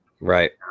Right